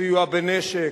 סיוע בנשק,